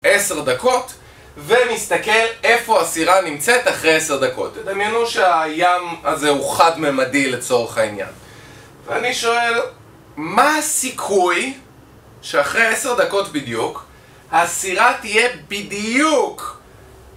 עשר דקות ומסתכל איפה הסירה נמצאת אחרי עשר דקות תדמיינו שהים הזה הוא חד-ממדי לצורך העניין ואני שואל מה הסיכוי שאחרי עשר דקות בדיוק הסירה תהיה בדיוק